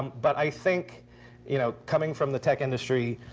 but i think you know coming from the tech industry,